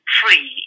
free